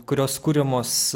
kurios kuriamos